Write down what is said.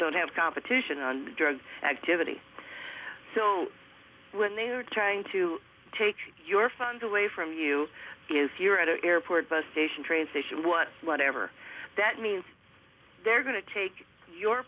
don't have competition on drug activity so when they're trying to take your phone away from you if you're at an airport bus station train station what whatever that means they're going to take your